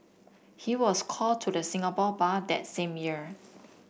he was called to the Singapore Bar that same year